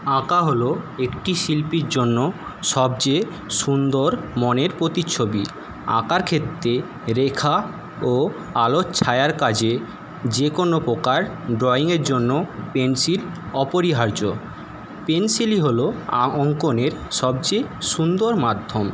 আঁকা হল একটি শিল্পীর জন্য সবচেয়ে সুন্দর মনের প্রতিচ্ছবি আঁকার ক্ষেত্রে রেখা ও আলো ছায়ার কাজে যে কোনও প্রকার ড্রয়িংয়ের জন্য পেন্সিল অপরিহার্য পেন্সিলই হল অঙ্কনের সবচেয়ে সুন্দর মাধ্যম